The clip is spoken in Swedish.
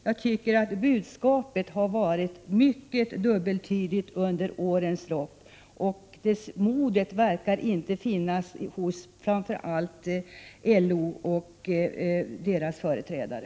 Jag tycker att budskapet har varit mycket dubbeltydigt under årens lopp, och modet verkar inte finnas hos framför allt LO och dess företrädare.